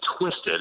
twisted